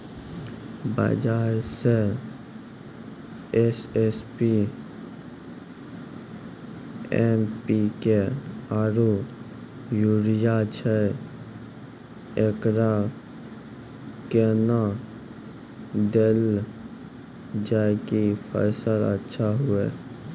बाजार मे SSP, MPK आरु यूरिया छैय, एकरा कैना देलल जाय कि फसल अच्छा हुये?